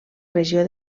regió